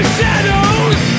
shadows